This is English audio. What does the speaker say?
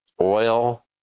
oil